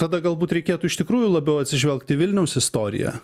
tada galbūt reikėtų iš tikrųjų labiau atsižvelgt į vilniaus istoriją